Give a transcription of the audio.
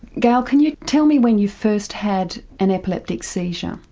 gail can you tell me when you first had an epileptic seizure?